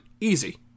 Easy